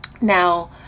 now